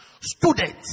students